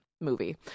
movie